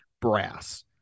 Brass